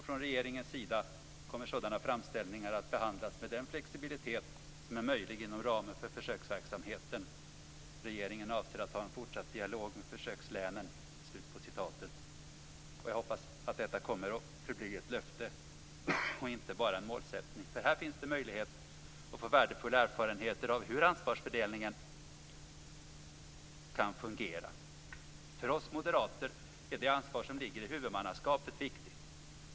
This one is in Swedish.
Från regeringens sida kommer sådana framställningar att behandlas med den flexibilitet som är möjlig inom ramen för försöksverksamheten. Regeringen avser att ha en fortsatt dialog med försökslänen." Jag hoppas att detta kommer att förbli ett löfte och inte bara en målsättning, för här finns det möjlighet att få värdefulla erfarenheter av hur ansvarsfördelningen kan fungera. För oss moderater är det ansvar som ligger i huvudmannaskapet viktigt.